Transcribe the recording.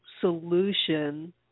solution